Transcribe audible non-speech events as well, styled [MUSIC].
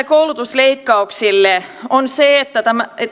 [UNINTELLIGIBLE] koulutusleikkauksiin on se että